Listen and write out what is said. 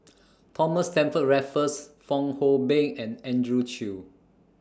Thomas Stamford Raffles Fong Hoe Beng and Andrew Chew